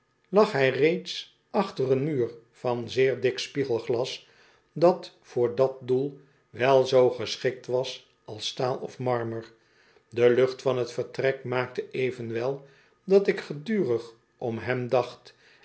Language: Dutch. lag hij reeds achter een muur van zeer dik spiegelglas dat voor dat doel wel zoo geschikt was als staal of marmer de lucht van t vertrek maakte evenwel dat ik gedurig om hem dacht